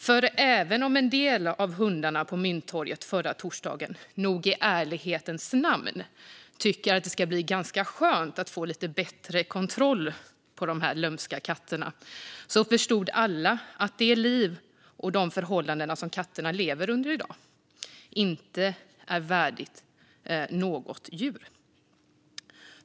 För även om en del av hundarna på Mynttorget förra torsdagen nog i ärlighetens namn tyckte att det skulle bli ganska skönt att få lite bättre kontroll på de lömska katterna förstod alla att det liv och de förhållanden som katter lever under i dag inte är värdigt något djur.